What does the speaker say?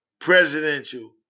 presidential